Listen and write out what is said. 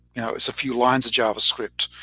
you know it's a few lines of javascript.